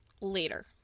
later